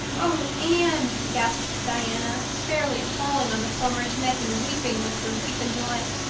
oh, anne, gasped diana, fairly falling on the former's neck and weeping with relief and delight,